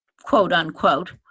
quote-unquote